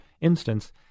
instance